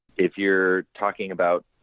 if you're talking about